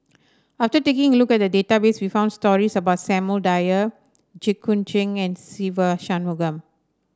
after taking a look at the database we found stories about Samuel Dyer Jit Koon Ch'ng and Se Ve Shanmugam